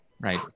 Right